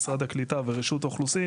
משרד הקליטה ורשות האוכלוסין,